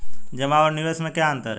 जमा और निवेश में क्या अंतर है?